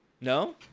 no